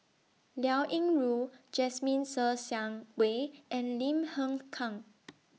Liao Yingru Jasmine Ser Xiang Wei and Lim Hng Kiang